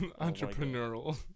entrepreneurial